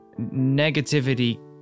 negativity